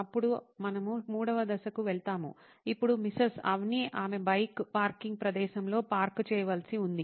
అప్పుడు మనము మూడవ దశకు వెళ్తాము ఇప్పుడు మిసెస్ అవ్ని ఆమె బైక్ను పార్కింగ్ ప్రదేశంలో పార్క్ చేయవలసి ఉంది